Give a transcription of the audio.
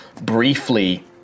briefly